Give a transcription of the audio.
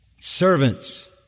servants